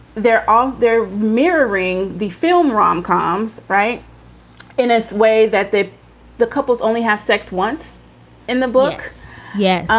they're all they're mirroring the film rom coms. right in a way that they the couples only have sex once in the books. yes.